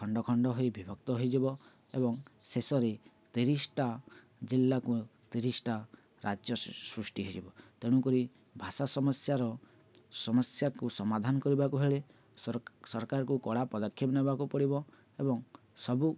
ଖଣ୍ଡ ଖଣ୍ଡ ହୋଇ ବିଭକ୍ତ ହେଇଯିବ ଏବଂ ଶେଷରେ ତିରିଶଟା ଜିଲ୍ଲାକୁ ତିରିଶଟା ରାଜ୍ୟ ସୃଷ୍ଟି ହେଇଯିବ ତେଣୁକରି ଭାଷା ସମସ୍ୟାର ସମସ୍ୟାକୁ ସମାଧାନ କରିବାକୁ ହେଲେ ସରକାରଙ୍କୁ କଡ଼ା ପଦକ୍ଷେପ ନେବାକୁ ପଡ଼ିବ ଏବଂ ସବୁ